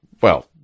Well-